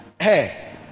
hey